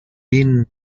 been